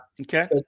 okay